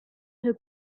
had